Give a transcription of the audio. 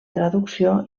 traducció